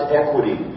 equity